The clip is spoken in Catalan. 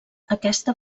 aquesta